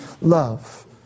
love